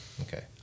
Okay